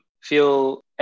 feel